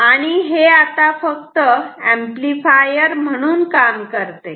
आणि हे आता फक्त ऍम्प्लिफायर म्हणून काम करते